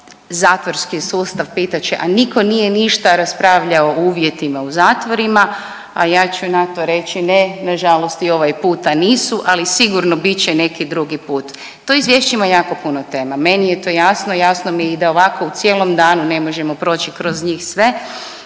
zatvorski sustav pitat će a niko ništa nije raspravljao o uvjetima u zatvorima, a ja ću na to reći ne nažalost i ovaj puta nisu, ali sigurno bit će neki drugi put. To izvješće ima jako puno tema, meni je to jasno i jasno mi je i da ovako u cijelom danu ne možemo proći kroz njih sve,